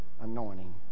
anointing